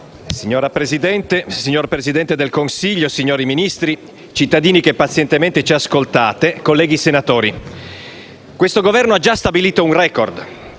Signor Presidente, signor Presidente del Consiglio, signori Ministri, cittadini che pazientemente ci ascoltate, colleghi senatori, questo Governo ha già stabilito un *record*.